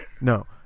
no